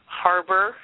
harbor